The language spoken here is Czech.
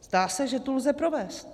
Zdá se, že tu lze provést.